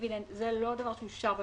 הדיבידנד זה לא דבר שאושר בממשלה,